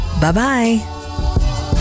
bye-bye